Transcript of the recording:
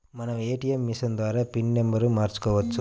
మనం ATM machine ద్వారా PIN నెంబర్ను మార్చుకోవచ్చు